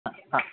હા હા